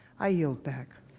i yield back.